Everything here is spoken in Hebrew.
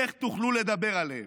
איך תוכלו לדבר עליהם?